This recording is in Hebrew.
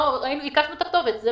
(הקרנת סרטון) מה